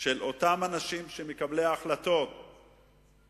של אותם אנשים שהם מקבלי ההחלטות ומתיימרים